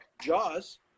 jaws